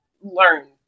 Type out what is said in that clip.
learn